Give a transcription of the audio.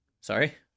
Sorry